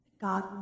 God